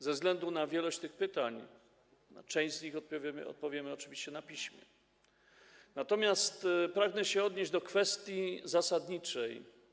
Ze względu na wielość pytań na część z nich odpowiemy oczywiście na piśmie, natomiast pragnę się odnieść do kwestii zasadniczej.